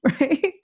right